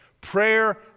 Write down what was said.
prayer